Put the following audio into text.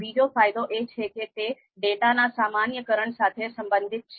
બીજો ફાયદો એ છે કે તે ડેટાના સામાન્યકરણ સાથે સંબંધિત છે